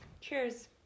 Cheers